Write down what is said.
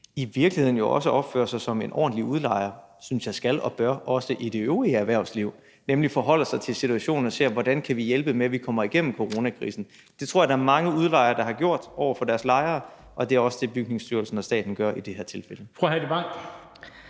i virkeligheden jo også opfører sig som en ordentlig udlejer, som jeg også synes man skal og bør gøre i det øvrige erhvervsliv, nemlig forholde sig til situationen og se på, hvordan vi kan hjælpe med, at vi kommer igennem coronakrisen. Det tror jeg der er mange udlejere, der har gjort over for deres lejere, og det er også det, Bygningsstyrelsen og staten gør i det her tilfælde. Kl. 16:46 Den fg.